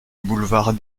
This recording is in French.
boulevard